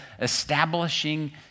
establishing